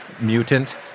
mutant